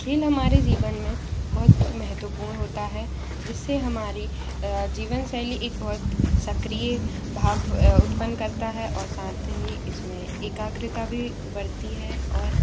खेल हमारे जीवन में बहुत महत्वपूर्ण होता है जिससे हमारी जीवन शैली एक बहुत सक्रिय भाव उत्पन्न करता है और साथ में इसमें एकाग्रता भी बढ़ती है ओर